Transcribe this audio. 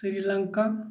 Sri Lanka